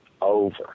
over